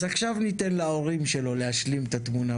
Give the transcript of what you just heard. אז עכשיו ניתן להורים שלו להשלים את התמונה.